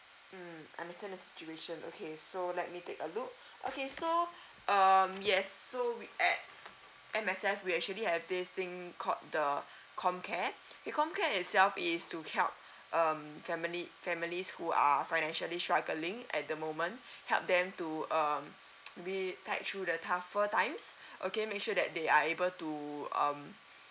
mm understand the situation okay so let me take a look okay so um yes so we act~ M_S_F we actually have this thing called the comcare in comcare itself is to help um family families who are financially struggling at the moment help them to um we tide through the tougher times okay make sure that they are able to um